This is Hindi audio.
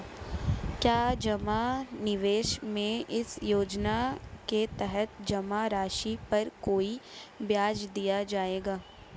क्या जमा निवेश में इस योजना के तहत जमा राशि पर कोई ब्याज दिया जाएगा?